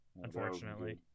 unfortunately